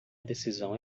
decisão